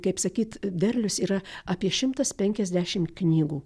kaip sakyt derlius yra apie šimtas penkiasdešim knygų